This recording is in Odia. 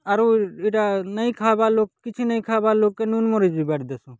ଆରୁ ଏଇଟା ନାଇ ଖାବା ଲୋକ୍ କିଛି ନାଇ ଖାବା ଲୋକ୍ କେନ୍ ନୁନ୍ ମରି ଯିବାଁର୍ ଦେସୁଁ